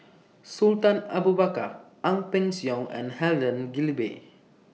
Sultan Abu Bakar Ang Peng Siong and Helen Gilbey